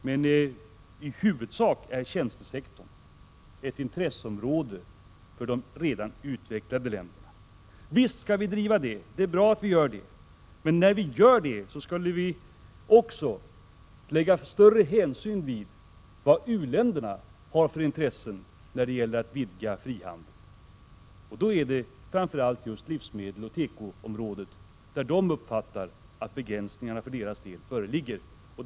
Men i huvudsak är tjänstesektorn ett intresseområde för de redan utvecklade länderna. Visst skall vi driva detta, det är bra att vi gör det. Men när vi gör det skall vi också ta större hänsyn till vilka intressen u-länderna har när det gäller att vidga frihandeln. Det är framför allt på livsmedelsoch teko-området som de uppfattar att begränsningarna föreligger för deras del.